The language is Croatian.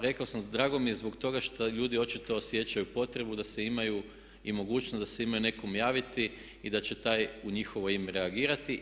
Rekao sam drago mi je zbog toga što ljudi očito osjećaju potrebu da se imaju i mogućnost da se imaju nekome javiti i da će taj u njihovo ime reagirati.